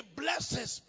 blesses